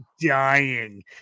dying